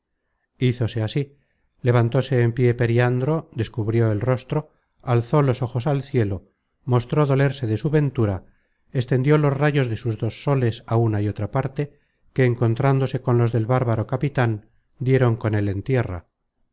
doncella hizose así levantóse en pié periandro descubrió el rostro alzó los ojos al cielo mostró dolerse de su ventura extendió los rayos de sus dos soles á una y otra parte que encontrándose con los del bárbaro capitan dieron con él